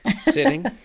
Sitting